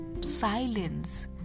silence